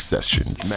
Sessions